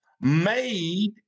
made